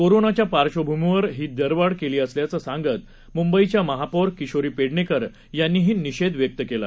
कोरोनाच्या पार्धभूमीवर ही दरवाढ केली असल्याच सांगत मुंबईच्या महापौर किशोरी पेडणेकर यांनीही निषेध व्यक्त केला